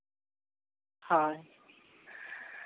ᱦᱳᱭ